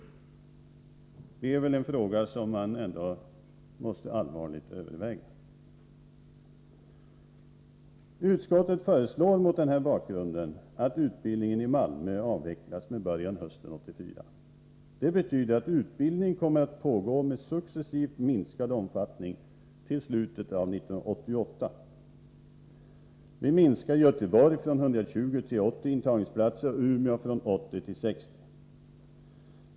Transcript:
Det är något som man allvarligt måste överväga. Mot denna bakgrund föreslår utskottet att utbildningen i Malmö avvecklas fr.o.m. hösten 1984. Det betyder att utbildningen kommer att pågå — successivt kommer den dock att minskas — till slutet av år 1988. I Göteborg blir det en minskning av antalet intagningsplatser från 120 till 80. I Umeå blir det en minskning från 80 till 60 platser.